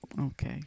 okay